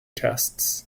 tests